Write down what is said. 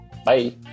Bye